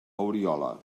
oriola